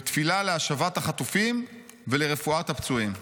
ותפילה להשבת החטופים ולרפואת הפצועים.